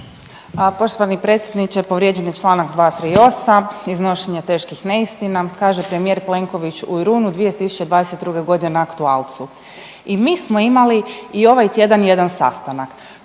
Poštovani predsjedniče. Povrijeđen je čl. 238. iznošenje teških neistina. Kaže premijer Plenković u rujnu 2022.g. na aktualcu „I mi smo imali i ovaj tjedan jedan sastanak.